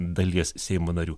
dalies seimo narių